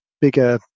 bigger